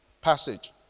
passage